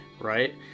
Right